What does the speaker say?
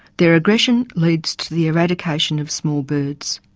their aggression leads to the eradication of small birds.